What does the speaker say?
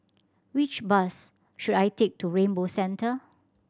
which bus should I take to Rainbow Centre